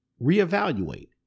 reevaluate